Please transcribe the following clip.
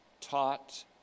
taught